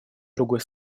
другой